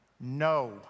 No